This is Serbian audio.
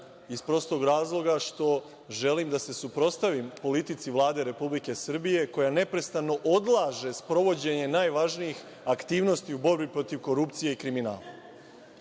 iz prostog razloga što želim da se suprotstavim politici Vlade Republike Srbije koja neprestano odlaže sprovođenje najvažnijih aktivnosti u borbi protiv korupcije i kriminala.